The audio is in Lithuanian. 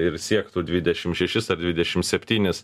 ir siektų dvidešim šešis ar dvidešim septynis